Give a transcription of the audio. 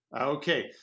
Okay